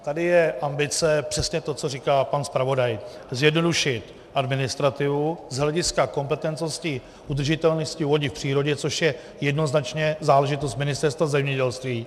Tady je ambice přesně to, co říká pan zpravodaj: zjednodušit administrativu z hlediska kompetentnosti udržitelnosti vody v přírodě, což je jednoznačně záležitost Ministerstva zemědělství.